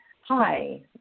hi